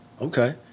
Okay